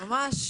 ממש